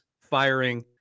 firing